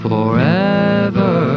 Forever